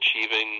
achieving